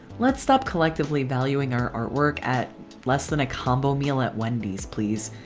let's stop collectively valuing our artwork at less than a combo meal at wendy's please?